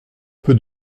peu